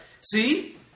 See